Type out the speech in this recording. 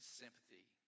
sympathy